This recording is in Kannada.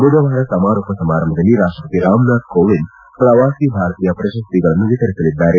ಬುಧವಾರ ಸಮಾರೋಪ ಸಮಾರಂಭದಲ್ಲಿ ರಾಷ್ಷಸತಿ ರಾಮನಾಥ್ ಕೋವಿಂದ್ ಪ್ರವಾಸಿ ಭಾರತೀಯ ಪ್ರಶಸಿಗಳನ್ನು ವಿತರಿಸಲಿದ್ದಾರೆ